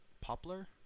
Poplar